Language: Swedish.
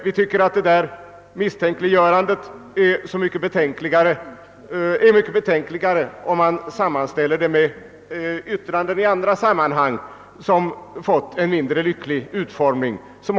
Vi tycker att detta misstänkliggörande är än mer betänkligt, om det sammanställs med yttranden om domstolarna i andra sammanhang som fått en mindre lycklig utformning.